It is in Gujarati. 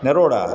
નરોડા